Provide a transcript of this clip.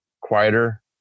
quieter